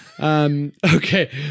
Okay